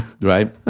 Right